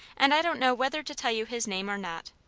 and i don't know whether to tell you his name or not.